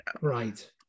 Right